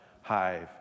Hive